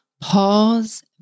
pause